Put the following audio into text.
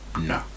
No